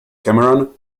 cameron